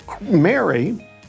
Mary